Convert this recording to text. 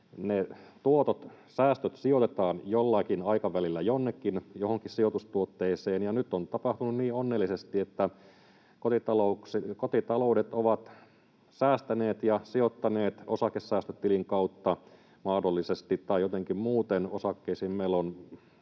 tuotot, säästöt sijoitetaan jollakin aikavälillä jonnekin, johonkin sijoitustuotteeseen, ja nyt on tapahtunut niin onnellisesti, että kotitaloudet ovat säästäneet ja sijoittaneet — osakesäästötilin kautta mahdollisesti tai jotenkin muuten — osakkeisiin.